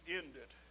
ended